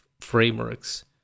frameworks